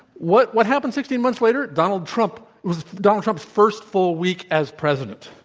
what what happened sixteen months later? donald trump was donald trump's first full week as president.